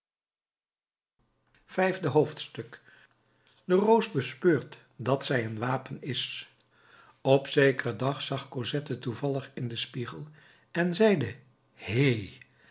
vijfde hoofdstuk de roos bespeurt dat zij een wapen is op zekeren dag zag cosette toevallig in den spiegel en zeide he